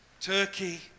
Turkey